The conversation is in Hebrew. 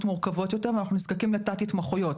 מורכבות יותר ואנחנו נזקקים לתת התמחויות.